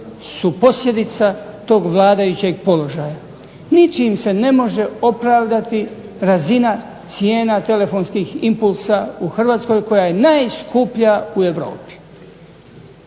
su posljedica tog vladajućeg položaja. Ničim se ne može opravdati razina cijena telefonskih impulsa u Hrvatskoj koja je najskuplja u Europi.